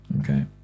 Okay